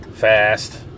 Fast